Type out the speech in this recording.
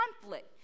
conflict